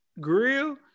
grill